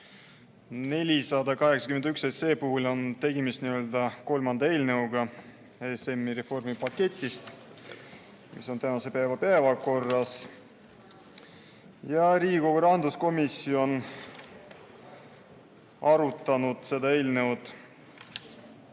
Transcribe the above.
481 SE puhul on tegemist kolmanda eelnõuga ESM‑i reformi paketist, mis on tänases päevakorras. Riigikogu rahanduskomisjon on arutanud seda eelnõu.